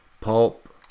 pulp